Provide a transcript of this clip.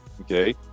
okay